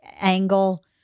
angle